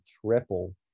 triple